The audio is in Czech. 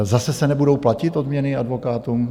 Zase se nebudou platit odměny advokátům?